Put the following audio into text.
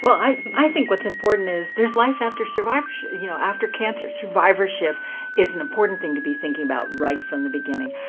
well, i think what's important is there's life after survivorship, you know after cancer, survivorship is an important thing to be thinking about right from the beginning.